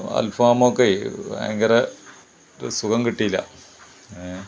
അൽഫാമൊക്കെ ഭയങ്കര ഒരു സുഖം കിട്ടിയില്ല ഏ